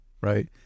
right